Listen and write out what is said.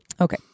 okay